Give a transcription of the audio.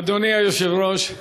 אדוני היושב-ראש,